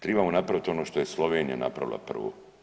Tribamo napraviti ono što je Slovenija napravila prvo.